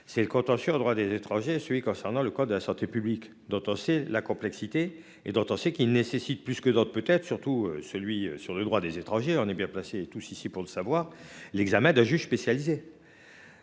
c'est le contentieux en droit des étrangers, celui concernant le code de la santé publique, dont c'est la complexité et dont on sait qu'il nécessite plus que d'autres peut-être surtout celui sur le droit des étrangers, on est bien placé tous ici pour le savoir. L'examen d'un juge spécialisé.